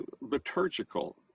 liturgical